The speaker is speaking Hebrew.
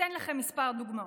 אתן לכם כמה דוגמאות: